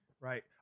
right